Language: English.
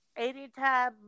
Anytime